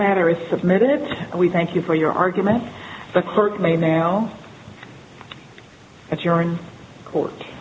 matter is submitted and we thank you for your argument the court may now that you're in court